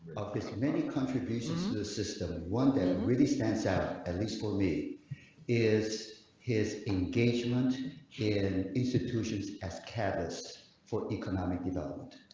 many contributions the system one that and really stands out at least for me is his engagement here. and it's attritions as carrots for economic development.